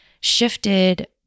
shifted